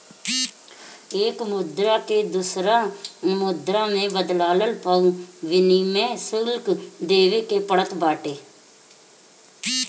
एक मुद्रा के दूसरा मुद्रा में बदलला पअ विनिमय शुल्क देवे के पड़त बाटे